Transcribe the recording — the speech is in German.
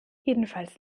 jedenfalls